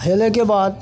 हेलैके बाद